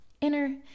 inner